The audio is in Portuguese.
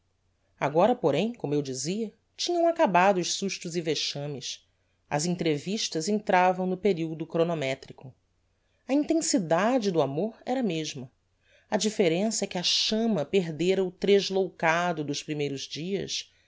agora porém como eu dizia tinham acabado os sustos e vexames as entrevistas entravam no periodo chronometrico a intensidade de amor era a mesma a differença é que a chamma perdera o tresloucado dos primeiros dias